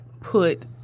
put